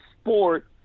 sport